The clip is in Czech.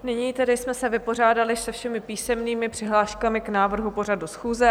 Nyní tedy jsme se vypořádali se všemi písemnými přihláškami k návrhu pořadu schůze.